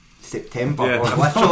September